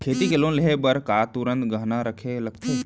खेती के लोन लेहे बर का तुरंत गहना रखे लगथे?